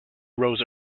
rose